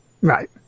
Right